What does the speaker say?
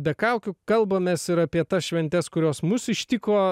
be kaukių kalbamės ir apie tas šventes kurios mus ištiko